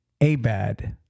Abad